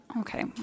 okay